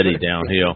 downhill